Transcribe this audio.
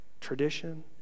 tradition